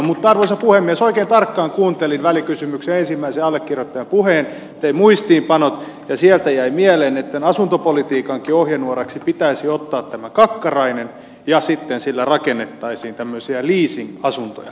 mutta arvoisa puhemies oikein tarkkaan kuuntelin välikysymyksen ensimmäisen allekirjoittajan puheen tein muistiinpanot ja sieltä jäi mieleen että tämän asuntopolitiikankin ohjenuoraksi pitäisi ottaa tämä kakkarainen ja sitten sillä rakennettaisiin tämmöisiä leasing asuntoja